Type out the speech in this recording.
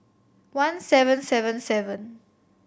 one seven seven seven